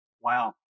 Wow